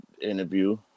interview